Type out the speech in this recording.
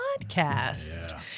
podcast